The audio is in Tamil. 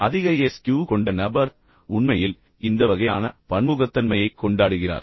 அதிக SQ கொண்ட நபர் உண்மையில் இந்த வகையான பன்முகத்தன்மையைக் கொண்டாடுகிறார்